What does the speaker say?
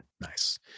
Nice